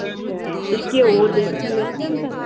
ਅੱਛਾ ਅਤੇ ਘਿਓ ਦੇਸੀ ਮਿਲ ਜਾਂਦਾ